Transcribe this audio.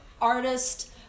artist